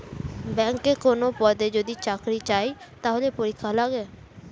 ব্যাংকে কোনো পদে যদি চাকরি চায়, তাহলে পরীক্ষা লাগে